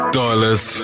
dollars